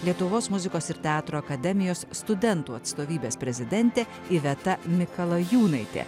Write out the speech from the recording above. lietuvos muzikos ir teatro akademijos studentų atstovybės prezidentė iveta mikalajūnaitė